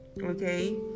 okay